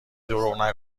دروغ